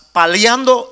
paliando